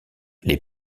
les